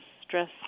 stress